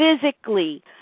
physically